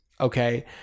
Okay